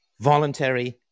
voluntary